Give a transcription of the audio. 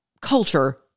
culture